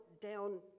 down